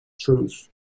truth